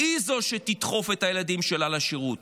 היא זאת שתדחוף את הילדים שלה לשירות.